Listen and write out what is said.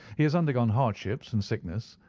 he has undergone hardship and sickness,